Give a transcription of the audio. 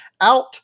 out